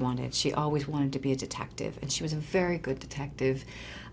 wanted she always wanted to be a detective and she was a very good detective